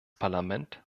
parlament